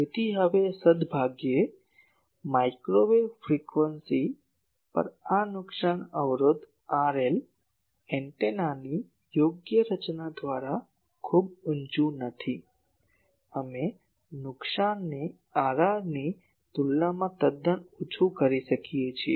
તેથી હવે સદ્ભાગ્યે માઇક્રોવેવ ફ્રીક્વન્સીઝ પર આ નુકસાન અવરોધ Rl એન્ટેનાની યોગ્ય રચના દ્વારા આ ખૂબ ઊંચું નથી અમે આ નુકસાનને Rr ની તુલનામાં તદ્દન ઓછું કરી શકીએ છીએ